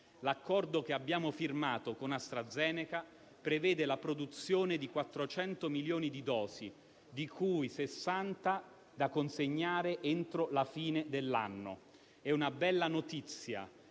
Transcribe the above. L'accordo che abbiamo firmato con AstraZeneca prevede la produzione di 400 milioni di dosi, di cui 60 milioni da consegnare entro la fine dell'anno. È una bella notizia